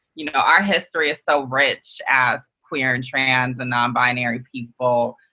you know our history is so rich as queer and trans and non-binary people.